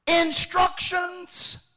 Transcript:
instructions